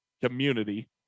community